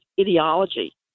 ideology